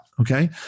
Okay